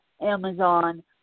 Amazon